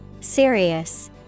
Serious